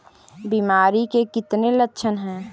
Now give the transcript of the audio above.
बीमारी के कितने लक्षण हैं?